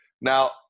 Now